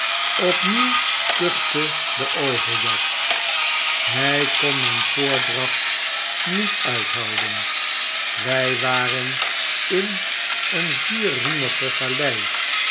kuchte de overjas hy hon myn voordracht n i e t uithouden wy waren in een vierriemige galei